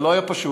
זה לא היה פשוט,